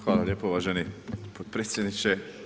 Hvala lijepo uvaženi potpredsjedniče.